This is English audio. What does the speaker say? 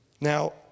Now